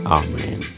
amen